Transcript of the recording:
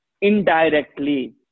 indirectly